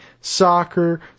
soccer